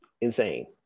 insane